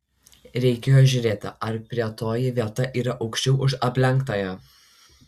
reikėjo žiūrėti ar prieitoji vieta yra aukščiau už aplenktąją